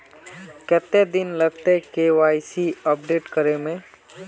कते दिन लगते के.वाई.सी अपडेट करे में?